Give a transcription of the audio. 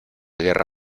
guerra